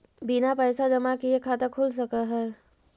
बिना पैसा जमा किए खाता खुल सक है?